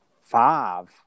five